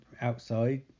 outside